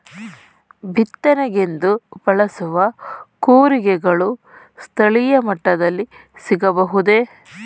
ಬಿತ್ತನೆಗೆಂದು ಬಳಸುವ ಕೂರಿಗೆಗಳು ಸ್ಥಳೀಯ ಮಟ್ಟದಲ್ಲಿ ಸಿಗಬಹುದೇ?